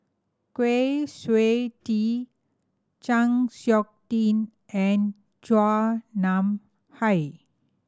Kwi Siew Tee Chng Seok Tin and Chua Nam Hai